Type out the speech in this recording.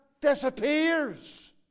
disappears